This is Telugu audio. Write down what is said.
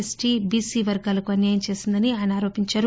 ఎస్టీ బీసీ వర్గాలకు అన్యాయం చేసిందని ఆయన ఆరోపించారు